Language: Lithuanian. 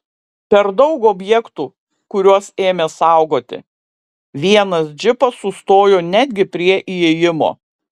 per daug objektų kuriuos ėmė saugoti vienas džipas sustojo netgi prie įėjimo